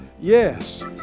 yes